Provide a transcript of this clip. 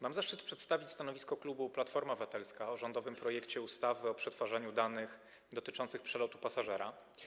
Mam zaszczyt przedstawić stanowisko klubu Platforma Obywatelska co do rządowego projektu ustawy o przetwarzaniu danych dotyczących przelotu pasażera.